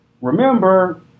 remember